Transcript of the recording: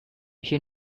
she